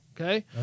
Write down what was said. Okay